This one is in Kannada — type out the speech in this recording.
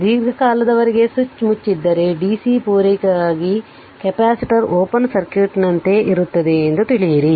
ದೀರ್ಘಕಾಲದವರೆಗೆ ಸ್ವಿಚ್ ಮುಚ್ಚಿದ್ದರೆ DC ಪೂರೈಕೆಗಾಗಿ DCಗಾಗಿ ಕೆಪಾಸಿಟರ್ ಓಪನ್ ಸರ್ಕ್ಯೂಟ್ನಂತೆ ಇರುತ್ತದೆ ಎಂದು ತಿಳಿಯಿರಿ